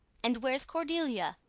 and where's cordelia?